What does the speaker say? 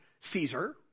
Caesar